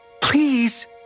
Please